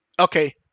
okay